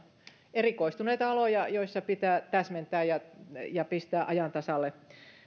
erikoistuneita aloja joissa pitää täsmentää ja ja pistää ajan tasalle